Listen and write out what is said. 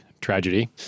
tragedy